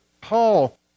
Paul